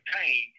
pain